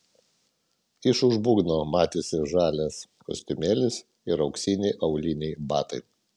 iš už būgno matėsi žalias kostiumėlis ir auksiniai auliniai batai